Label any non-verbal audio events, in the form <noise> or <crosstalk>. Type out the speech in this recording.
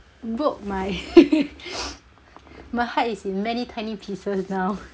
broke my <laughs> <noise> my heart is in many tiny pieces now